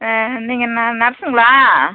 ஆ நீங்கள் ந நர்ஸுங்களா